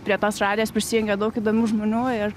prie tos radijas prisijungė daug įdomių žmonių ir